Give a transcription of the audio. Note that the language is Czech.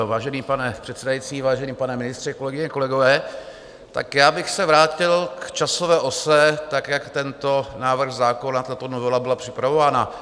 Vážený pane předsedající, vážený pane ministře, kolegyně, kolegové, já bych se vrátil k časové ose, jak tento návrh zákona, tato novela, byla připravována.